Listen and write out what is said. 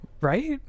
right